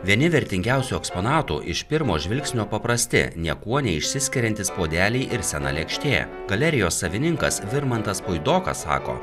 vieni vertingiausių eksponatų iš pirmo žvilgsnio paprasti niekuo neišsiskiriantis puodeliai ir sena lėkštė galerijos savininkas virmantas puidokas sako